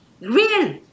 real